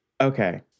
Okay